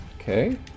okay